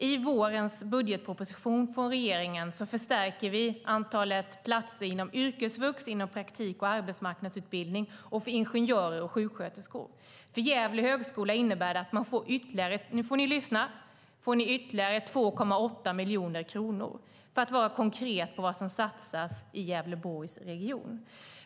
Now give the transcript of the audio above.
I vårens budgetproposition från regeringen förstärker vi antalet platser inom yrkesvux, praktik och arbetsmarknadsutbildning och för ingenjörer och sjuksköterskor. För Gävle högskola innebär det att man får ytterligare - nu får ni lyssna - 2,8 miljoner kronor. Det kan jag säga för att vara konkret när det gäller vad som satsas i Gävleborgs region.